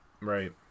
Right